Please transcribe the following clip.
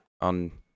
On